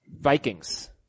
Vikings